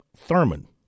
Thurman